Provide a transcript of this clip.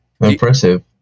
Impressive